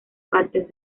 partes